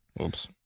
Oops